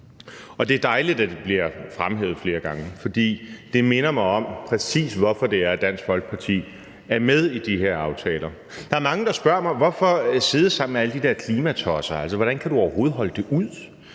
det er dejligt, at det bliver fremhævet flere gange, for det minder mig om, præcis hvorfor det er, at Dansk Folkeparti er med i de her aftaler. Der er mange, der spørger mig: Hvorfor sidde sammen med alle de der klimatosser, altså, hvordan kan du overhovedet holde det ud?